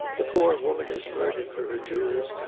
the poor woman is murdered for her jewels,